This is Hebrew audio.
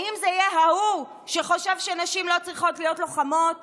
האם זה יהיה ההוא שחושב שנשים לא צריכות להיות לוחמות